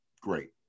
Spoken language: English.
great